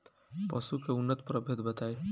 पशु के उन्नत प्रभेद बताई?